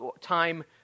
time